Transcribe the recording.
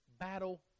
battle